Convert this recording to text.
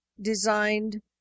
designed